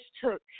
took